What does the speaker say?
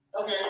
Okay